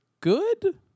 good